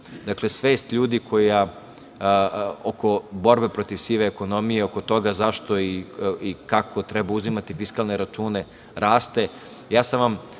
Dakle, svest ljudi oko borbe protiv sive ekonomije, oko toga zašto i kako treba uzimati fiskalne račune raste. Znači,